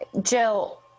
Jill